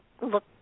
look